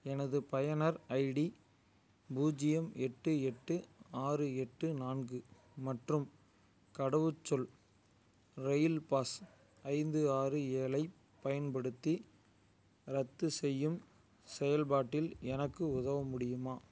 எனது பயனர் ஐடி பூஜ்ஜியம் எட்டு எட்டு ஆறு எட்டு நான்கு மற்றும் கடவுச்சொல் ரெயில் பாஸ் ஐந்து ஆறு ஏழைப் பயன்படுத்தி ரத்துசெய்யும் செயல்பாட்டில் எனக்கு உதவ முடியுமா